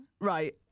Right